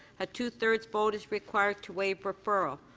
a two thirds vote is required to waive referral.